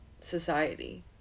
society